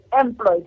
employed